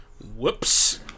Whoops